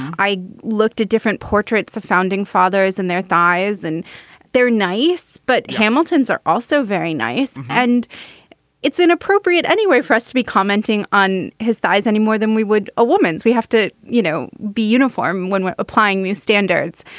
i looked at different portraits of founding fathers and their thighs, and they're nice. but hamiltons are also very nice. and it's inappropriate anyway for us to be commenting on his thighs anymore than we would a woman's. we have to, you know, be uniform when we're applying these standards.